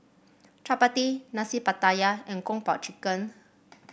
chappati Nasi Pattaya and Kung Po Chicken